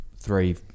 three